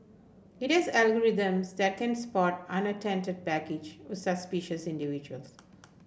it is algorithms that can spot unattended baggage or suspicious individuals